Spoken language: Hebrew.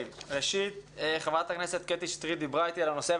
חברת הכנסת קטי שטרית דיברה אתי על הנושא,